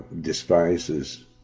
despises